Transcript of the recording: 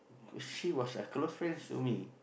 if she was a close friends to me